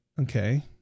okay